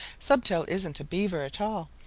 stubtail isn't a beaver at all.